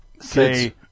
say